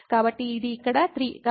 కాబట్టి ఇది ఇక్కడ 3